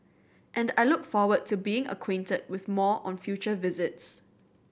and I look forward to being acquainted with more on future visits